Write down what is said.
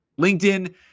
LinkedIn